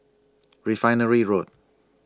Refinery Road